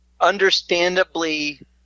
understandably